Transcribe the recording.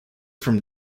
from